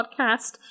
podcast